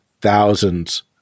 thousands